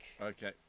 Okay